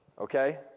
Okay